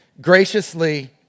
graciously